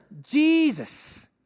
Jesus